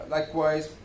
Likewise